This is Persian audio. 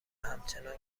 همچنان